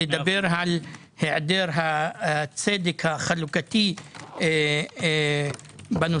לדבר על היעדר הצדק החלוקתי בנושא.